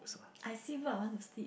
I see book I want to sleep